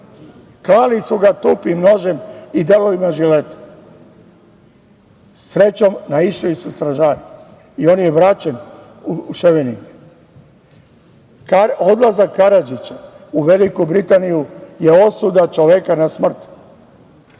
klali su ga, tukli nožem i delovima žileta. Srećom, naišli su stražari i on je vraćen u Ševeningen. Odlazak Karadžića u Veliku Britaniju je osuda čoveka na smrt,